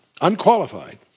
unqualified